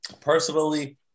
personally